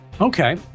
Okay